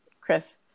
Chris